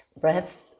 breath